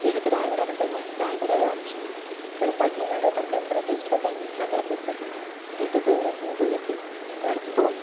ଯେହେତୁ ରାୟଗଡ଼ାରେ ଫେମସ୍ ରାୟଗଡ଼ାରେ ଅଛି ତେଣୁ ପଦ୍ମନାଡ଼ର ତରକାରୀ ଥରେ ଟେଷ୍ଟ କରିବା ନିହାତି ଆବଶ୍ୟକ ମୁଁ ତ ମୁଁ ତ ଯିବି ତୁ ଆସିବୁ